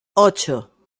ocho